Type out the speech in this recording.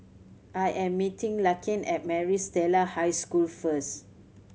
I am meeting Larkin at Maris Stella High School first